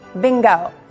bingo